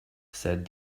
said